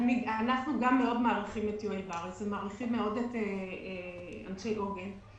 גם אנחנו מאוד מעריכים את יואל בריס ומעריכים מאוד את אנשי עוגן.